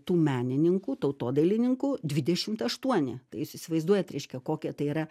tų menininkų tautodailininkų dvidešimt aštuoni tai jūs įsivaizduojat reiškia kokia tai yra